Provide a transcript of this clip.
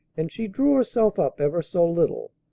and she drew herself up ever so little.